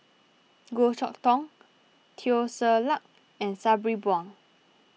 Goh Chok Tong Teo Ser Luck and Sabri Buang